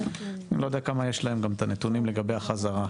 אני לא יודע כמה יש להם את הנתונים לגבי החזרה.